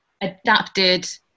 adapted